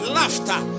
laughter